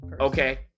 Okay